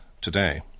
today